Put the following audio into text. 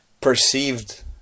perceived